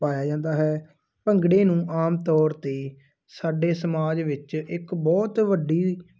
ਪਾਇਆ ਜਾਂਦਾ ਹੈ ਭੰਗੜੇ ਨੂੰ ਆਮ ਤੌਰ 'ਤੇ ਸਾਡੇ ਸਮਾਜ ਵਿੱਚ ਇੱਕ ਬਹੁਤ ਵੱਡੀ